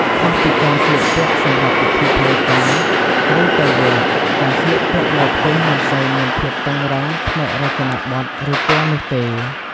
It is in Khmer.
ខុសពីការស្លៀកពាក់សម្រាប់ពិធីផ្លូវការ ឬទៅវត្ត ការស្លៀកពាក់នៅផ្ទះមិនសូវមានភាពតឹងរ៉ឹងផ្នែករចនាបថ ឬពណ៌នោះទេ។